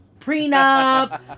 prenup